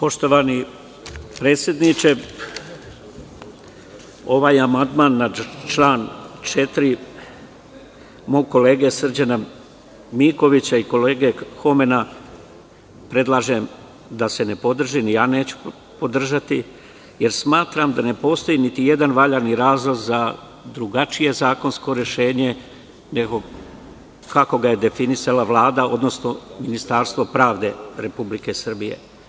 Poštovani predsedniče, ovaj amandman na član 4. mog kolege Srđana Mikovića i kolege Homena predlažem da se ne podrži, jer smatram da ne postoji niti jedan valjani razlog za drugačije zakonsko rešenje nego kako ga je definisala Vlada, odnosno Ministarstvo pravde Republike Srbije.